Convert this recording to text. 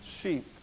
sheep